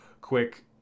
quick